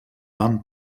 van